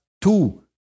two